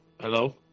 Hello